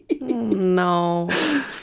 No